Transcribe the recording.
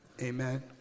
Amen